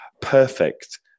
perfect